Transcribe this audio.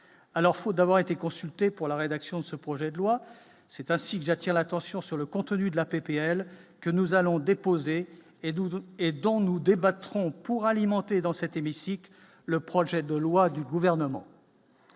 alors faute d'avoir été consulté pour la rédaction de ce projet de loi, c'est ainsi que j'attire l'attention sur le contenu de la PPL que nous allons déposer et 12 et dont nous débattrons pour alimenter dans cet hémicycle le projet de loi du gouvernement.